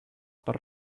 per